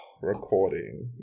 recording